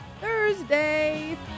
Thursday